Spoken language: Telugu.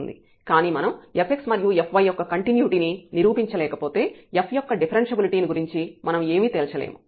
కానీ మనం fx మరియు fy యొక్క కంటిన్యుటీ ని నిరూపించ లేకపోతే f యొక్క డిఫరెన్ష్యబిలిటీ ని గురించి మనం ఏమీ తేల్చలేము